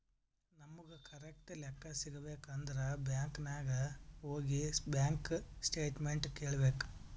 ನಮುಗ್ ಕರೆಕ್ಟ್ ಲೆಕ್ಕಾ ಸಿಗಬೇಕ್ ಅಂದುರ್ ಬ್ಯಾಂಕ್ ನಾಗ್ ಹೋಗಿ ಬ್ಯಾಂಕ್ ಸ್ಟೇಟ್ಮೆಂಟ್ ಕೇಳ್ಬೇಕ್